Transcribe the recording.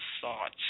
thoughts